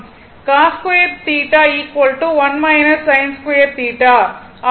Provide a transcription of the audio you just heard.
cos2θ 1 sin2θ ஆகும்